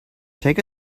take